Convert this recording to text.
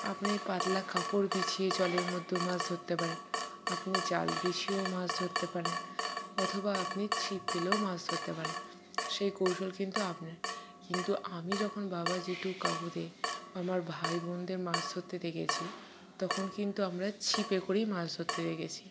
আপনি পাতলা কাপড় বিছিয়ে জলের মধ্যেও মাছ ধরতে পারেন আপনি জাল বিছিয়েও মাছ ধরতে পারেন অথবা আপনি ছিপ ফেলেও মাছ ধরতে পারেন সে কৌশল কিন্তু আপনার কিন্তু আমি যখন বাবা জেঠু কাকুদের আমার ভাই বোনদের মাছ ধরতে দেখেছি তখন কিন্তু আমরা ছিপে করেই মাছ ধরতে দেখেছি